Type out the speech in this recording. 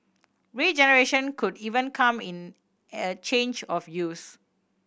regeneration could even come in a change of use